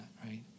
Right